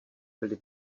byly